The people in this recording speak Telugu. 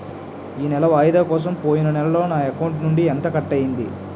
నెల వాయిదా కోసం పోయిన నెలలో నా అకౌంట్ నుండి ఎంత కట్ అయ్యింది?